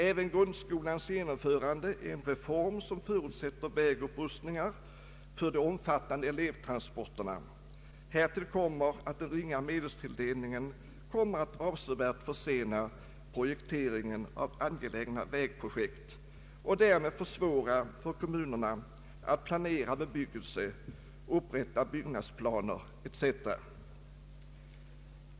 Även grundskolans genomförande är en reform som förutsätter vägupprustningar för de omfattande elevtransporterna. Härtill kommer att den ringa medelstilldelningen kommer att avsevärt försena projekte Allmänpolitisk debatt ringen av angelägna vägprojekt och därmed försvåra för kommunerna att planera bebyggelse, upprätta byggnadsplaner etc.